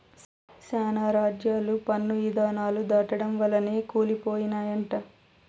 శానా రాజ్యాలు పన్ను ఇధానాలు దాటడం వల్లనే కూలి పోయినయంట